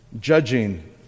judging